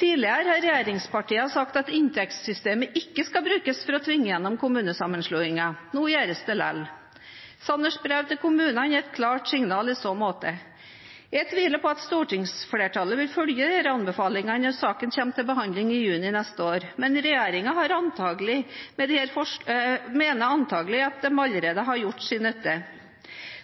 Tidligere har regjeringspartiene sagt at inntektssystemet ikke skal brukes for å tvinge igjennom kommunesammenslåinger. Nå gjøres det likevel. Sanners brev til kommunene er et klart signal i så måte. Jeg tviler på om stortingsflertallet vil følge disse anbefalingene når saken kommer til behandling i juni neste år, men regjeringen mener antagelig at de allerede har gjort sin nytte.